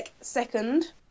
second